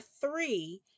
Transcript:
three